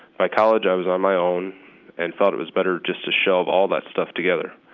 by college, i was on my own and thought it was better just to shelf all that stuff together.